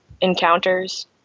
encounters